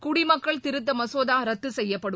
குடிமக்கள் திருத்த மசோதா ரத்து செய்யப்படும்